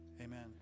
Amen